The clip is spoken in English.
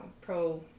pro